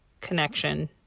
connection